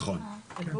נכון.